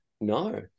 No